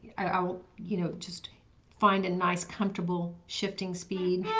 ah you know just find a nice comfortable shifting speed.